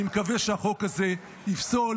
אני מקווה שהחוק הזה יפסול.